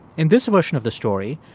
in this version of the story,